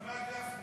ומה גפני?